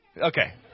Okay